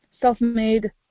self-made